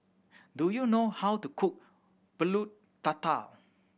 do you know how to cook Pulut Tatal